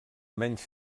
menys